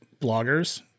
bloggers